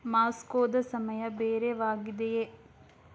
ಮಾಸ್ಕೋದ ಸಮಯ ಬೇರೇದಾಗಿದೆಯೇ